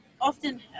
often